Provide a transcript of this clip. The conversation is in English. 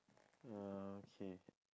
ah okay